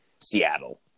seattle